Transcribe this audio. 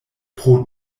pro